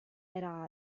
era